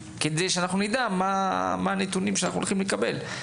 כדי שנדע מה הנתונים שאנחנו הולכים לקבל.